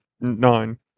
nine